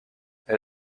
elle